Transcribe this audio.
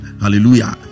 Hallelujah